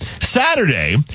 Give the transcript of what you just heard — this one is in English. Saturday